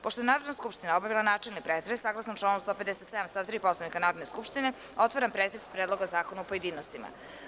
Pošto je Narodna skupština obavila načelni pretres, saglasno članu 157. stav 3. Poslovnika Narodne skupštine, otvaram pretres Predloga zakona u pojedinostima.